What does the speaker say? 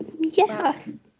Yes